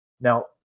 now